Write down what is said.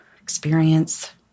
experience